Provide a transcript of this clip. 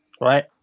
right